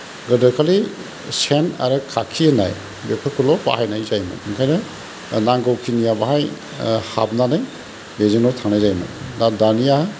गोदो खालि सेन आरो खाखि होननाय बेफोरखौल' बाहायनाय जायोमोन बेखायनो नांगौखिनियाव बेवहाय हाबनानै बेजोंनो थांनाय जायोमोन दानिया